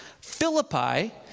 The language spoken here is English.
Philippi